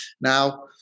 Now